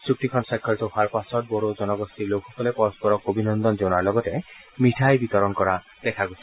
চুক্তিখন স্বাক্ষৰিত হোৱাৰ পাছত বড়ো জনগোষ্ঠীৰ লোকসকলে পৰস্পৰক অভিনন্দন জনোৱাৰ লগতে মিঠাই বিতৰণ কৰা দেখা গৈছে